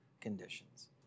conditions